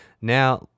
Now